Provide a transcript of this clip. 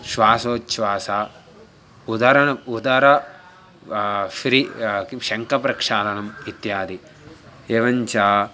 श्वासोछ्वासः उदरम् उदरम् फ़्रि किं शङ्कप्रक्षालनम् इत्यादि एवञ्च